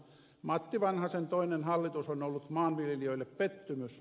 matti vanhasen toinen hallitus on ollut maanviljelijöille pettymys